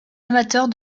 amateurs